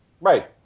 Right